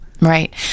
Right